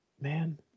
Man